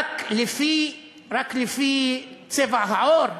רק לפי צבע העור?